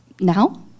now